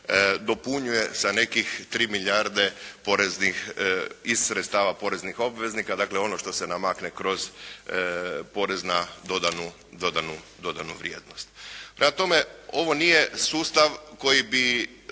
dopunjuje sa nekih 3 milijarde poreznih, iz sredstava poreznih obveznika, dakle ono što se namakne kroz porez na dodanu vrijednost. Prema tome ovo nije sustav koji bi